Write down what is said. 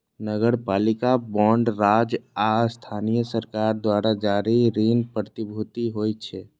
नगरपालिका बांड राज्य आ स्थानीय सरकार द्वारा जारी ऋण प्रतिभूति होइ छै